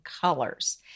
colors